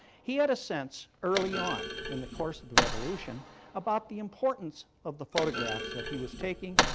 he had a sense early on in the course of the revolution about the importance of the photographs that he was taking,